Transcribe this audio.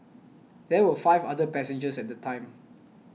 there were five other passengers at the time